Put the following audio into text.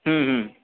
हं हं